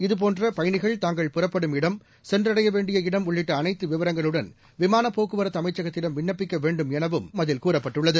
இதுபோன்ற பயணிகள் தாங்கள் புறப்படும் இடம்லு சென்றடைய வேண்டிய இடம் உள்ளிட்ட அனைத்து விவரங்களுடன்ஜ விமானப் போக்குவரத்து அமைச்சகத்திடம் விண்ணப்பிக்க வேண்டுமெனவும் அதில் கூறப்பட்டுள்ளது